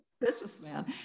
businessman